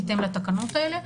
בהתאם לתקנות האלה.